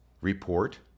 report